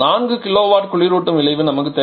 4 kW குளிரூட்டும் விளைவு நமக்கு தேவை